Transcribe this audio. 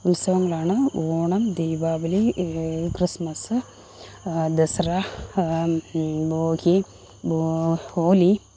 ഉത്സവങ്ങളാണ് ഓണം ദീപാവലി ക്രിസ്മസ് ദസറ ബോഹി ഹോലി